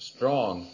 strong